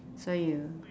so you